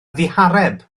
ddihareb